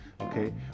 okay